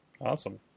Awesome